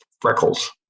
freckles